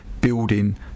building